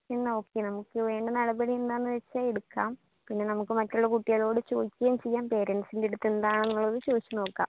എന്നാൽ ഓക്കെ നമുക്ക് വേണ്ട നടപടി എന്താണെന്നുവെച്ചാൽ എടുക്കാം പിന്നെ നമുക്ക് മറ്റുള്ള കുട്ടികളോട് ചോദിക്കുകയും ചെയ്യാം പേരെൻറ്സിൻറെ അടുത്ത് എന്താണെന്നുള്ളത് ചോദിച്ചുനോക്കാം